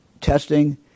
testing